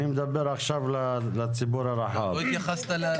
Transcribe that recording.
אני מדבר לציבור הרחב.